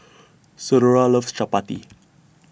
Senora loves Chapati